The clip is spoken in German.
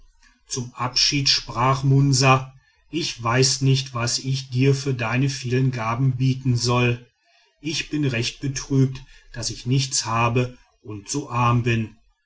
zum abschied sprach munsa ich weiß nicht was ich dir für deine vielen gaben bieten soll ich bin recht betrübt daß ich nichts habe und so arm bin